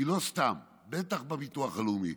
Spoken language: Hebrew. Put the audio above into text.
היא לא סתם, בטח בביטוח הלאומי.